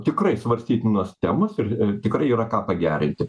tikrai svarstytinos temos ir tikrai yra ką pagerinti